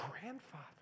grandfather